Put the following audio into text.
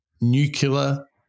nuclear